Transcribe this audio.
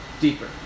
Deeper